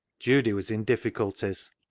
judy was in difficulties.